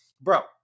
Bro